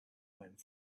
went